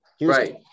Right